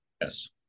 Yes